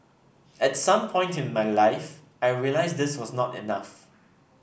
at some point in my life I realised this was not enough